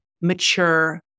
mature